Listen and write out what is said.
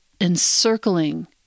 encircling